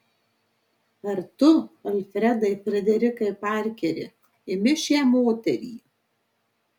ar tu alfredai frederikai parkeri imi šią moterį